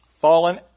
fallen